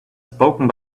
spoken